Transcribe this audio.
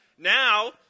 Now